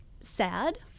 sad